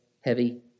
heavy